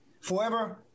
forever